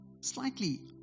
Slightly